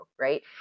right